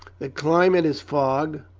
the climate is fog,